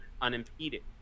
unimpeded